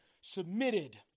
submitted